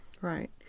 Right